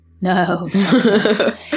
No